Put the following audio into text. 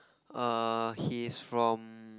err he's from